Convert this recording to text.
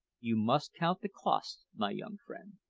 you must count the cost, my young friend.